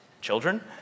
children